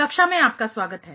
कक्षा में आपका स्वागत है